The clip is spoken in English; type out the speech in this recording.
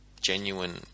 genuine